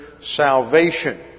salvation